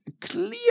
Clear